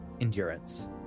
endurance